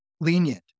lenient